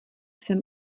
sem